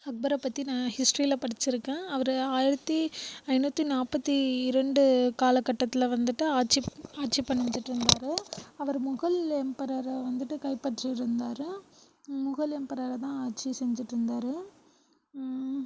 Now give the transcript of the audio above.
அக்பரை பற்றி நான் ஹிஸ்ட்ரியில படிச்சுருக்கேன் அவரு ஆயிரத்து ஐநூற்றி நாற்பத்தி இரண்டு காலகட்டத்தில் வந்துட்டு ஆட்சி ஆட்சி பணிஞ்சிட்ருந்தார் அவர் முகல் எம்பரரை வந்துட்டு கைப்பற்றி இருந்தார் முகல் எம்பரரை தான் ஆட்சி செஞ்சிட்ருந்தார்